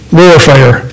warfare